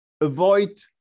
avoid